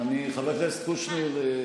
חבר הכנסת קושניר,